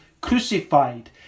crucified